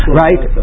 right